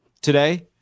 today